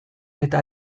eta